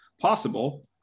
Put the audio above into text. possible